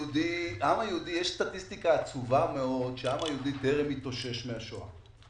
יש סטטיסטיקה עצובה מאוד שמראה שהעם היהודי טרם התאושש מהשואה.